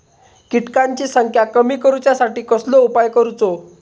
किटकांची संख्या कमी करुच्यासाठी कसलो उपाय करूचो?